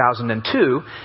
2002